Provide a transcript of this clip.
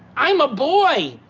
i'm a boy,